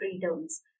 freedoms